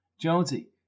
Jonesy